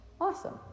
awesome